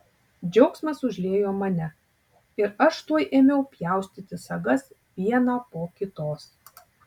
džiaugsmas užliejo mane ir aš tuoj ėmiau pjaustyti sagas vieną po kitos